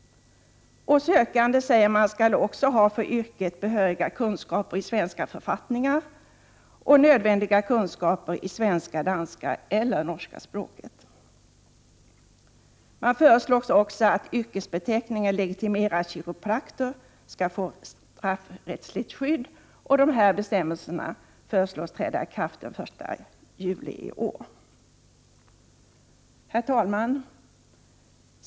Sökande skall också ha för yrket behöriga kunskaper i svenska författningar och nödvändiga kunskaper i svenska, danska eller norska språket. Yrkesbeteckningen legitimerad kiropraktor föreslås också få straffrättsligt skydd. De nya bestämmelserna föreslås träda i kraft den 1 juli i år. Herr talman!